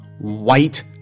white